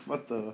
what the